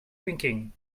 thinking